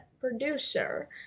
producer